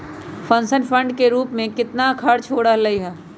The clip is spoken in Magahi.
पेंशन फंड के रूप में कितना खर्च हो रहले है?